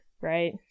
right